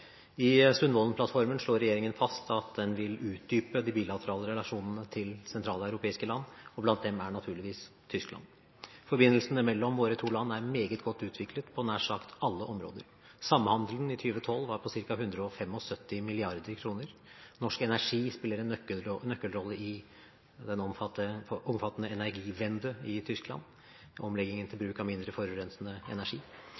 I Sundvolden-plattformen slår regjeringen fast at den vil utdype de bilaterale relasjonene til sentraleuropeiske land, og blant dem er naturligvis Tyskland. Forbindelsene mellom våre to land er meget godt utviklet på nær sagt alle områder. Samhandelen i 2012 var på ca. 175 mrd. kr. Norsk energi spiller en nøkkelrolle i den omfattende «die Energiewende» i Tyskland, omleggingen til bruk av mindre forurensende energi.